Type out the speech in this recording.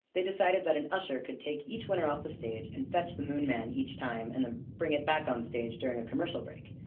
they decided that an usher could take each winner off the stage and fetch the moon man each time and then bring it back on stage during a commercial break.